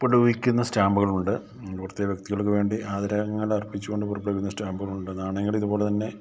പ്പെടുവിക്കുന്ന സ്റ്റാമ്പുകളുണ്ട് പുറത്തെ വ്യക്തികൾക്കു വേണ്ടി ആദരങ്ങൾ അർപ്പിച്ചു കൊണ്ട് പുറപ്പെടുവിക്കുന്ന സ്റ്റാമ്പുകളുണ്ട് നാണയങ്ങളിതു പോലെ തന്നെ